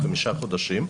חמישה חודשים.